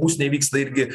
būstinėj vyksta irgi